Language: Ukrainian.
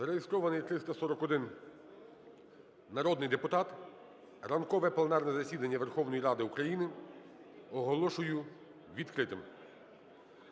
Зареєстрований 341 народний депутат. Ранкове пленарне засідання Верховної Ради України оголошую відкритим.